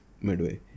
midway